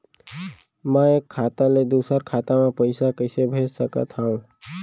मैं एक खाता ले दूसर खाता मा पइसा कइसे भेज सकत हओं?